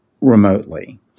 remotely